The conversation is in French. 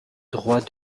droit